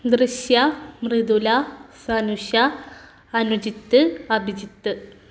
Drishya Mridula Sanusha Anujith Abhijith